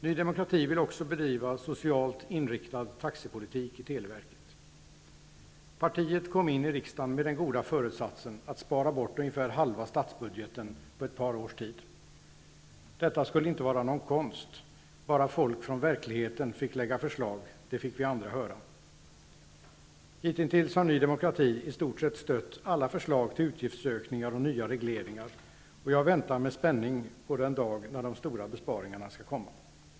Ny demorkati vill också bedriva socialt inriktad taxepolitik i televerket. Partiet kom in i riksdagen med den goda föresatsen att spara bort ungefär halva statsbudgeten på ett par års tid. Detta skulle inte vara någon konst, bara folk från verkligheten fick lägga fram förslag -- fick vi andra höra. Hitintills har nyd i stort sett stött alla förslag till utgiftsökningar och nya regleringar. Jag väntar med spänning på den dag då de stora besparingarna skall komma.